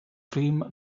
film